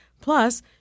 Plus